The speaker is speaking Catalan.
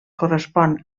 correspon